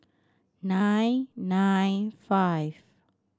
nine nine five